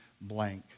blank